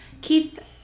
Keith